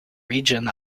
region